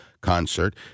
concert